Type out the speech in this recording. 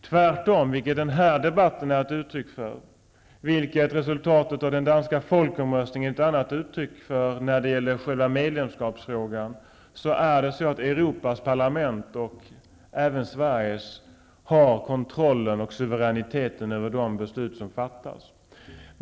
Tvärtom, vilket den här debatten är ett uttryck för och vilket resultatet av den danska folkomröstningen är ett annat uttryck för när det gäller själva medlemskapsfrågan, har Europas parlament och även Sveriges riksdag kontrollen och suveräniteten över de beslut som fattas.